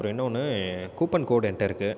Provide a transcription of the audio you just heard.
அப்புறம் இன்னொன்னு coupon code என்ட்ட இருக்குது